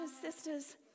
sisters